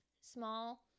Small